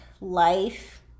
life